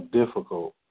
difficult